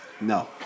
No